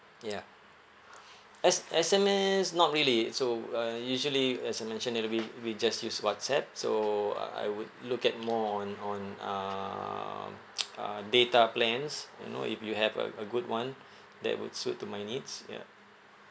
ya S~ S_M_S not really so uh usually as I mentioned it will be we just use WhatsApp so uh I would look at more on on um uh data plans you know if you have a a good [one] that would suit to my needs ya